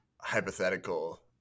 hypothetical